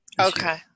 Okay